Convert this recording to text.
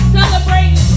celebrating